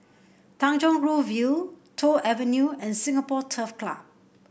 Tanjong Rhu View Toh Avenue and Singapore Turf Club